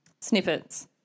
snippets